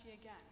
again